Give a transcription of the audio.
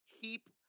heap